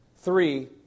Three